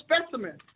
specimen